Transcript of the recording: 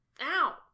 ow